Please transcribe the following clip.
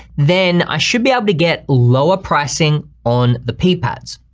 then i should be able to get lower pricing on the pee pads.